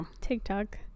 TikTok